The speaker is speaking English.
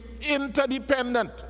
interdependent